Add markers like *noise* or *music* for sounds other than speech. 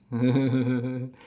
*laughs*